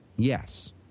Yes